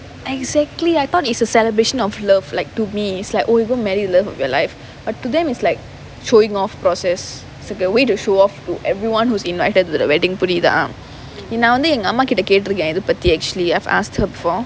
exactly I thought it's a celebration of love like to me it's like oh you're gonna marry love of your life but to them it's like showing off process it's a way to show off to everyone who's invited to the wedding புரியுதா:puriyuthaa actually I've asked her before